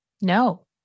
No